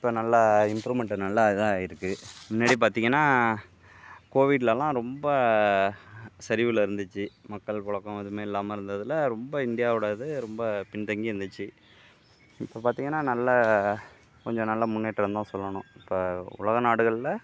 இப்போ நல்லா இம்ப்ரூமெண்ட்டு நல்லா தான் இருக்கு முன்னாடி பார்த்திங்கன்னா கோவிட்லலாம் ரொம்ப சரிவில் இருந்துச்சு மக்கள் புழக்கம் எதுவும் இல்லாமல் இருந்ததில ரொம்ப இந்தியாவோட இது ரொம்ப பின் தங்கி இருந்துச்சு இப்போ பார்த்திங்கன்னா நல்லா கொஞ்சம் நல்ல முன்னேற்றம் தான் சொல்லணும் இப்போ உலக நாடுகளில்